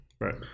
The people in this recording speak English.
Right